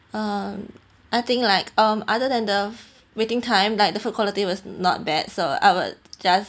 um I think like um other than the waiting time like the food quality was not bad so I would just